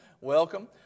Welcome